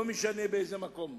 לא משנה באיזה מקום.